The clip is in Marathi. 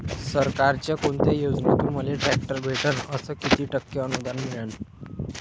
सरकारच्या कोनत्या योजनेतून मले ट्रॅक्टर भेटन अस किती टक्के अनुदान मिळन?